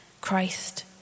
Christ